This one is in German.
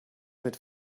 mit